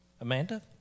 Amanda